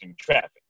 traffic